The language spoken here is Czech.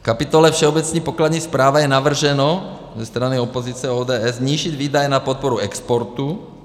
V kapitole Všeobecná pokladní správa je navrženo ze strany opozice a ODS snížit výdaje na podporu exportu.